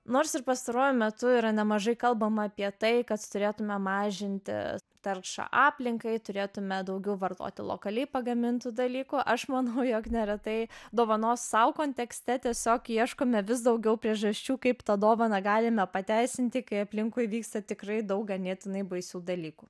nors ir pastaruoju metu yra nemažai kalbama apie tai kad turėtume mažinti taršą aplinkai turėtume daugiau vartoti lokaliai pagamintų dalykų aš manau jog neretai dovanos sau kontekste tiesiog ieškome vis daugiau priežasčių kaip tą dovaną galime pateisinti kai aplinkui vyksta tikrai daug ganėtinai baisių dalykų